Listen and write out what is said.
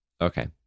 Okay